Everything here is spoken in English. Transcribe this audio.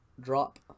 drop